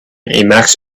emacs